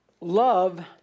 love